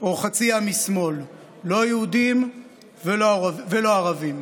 או חצי עם משמאל", לא יהודים ולא ערבים.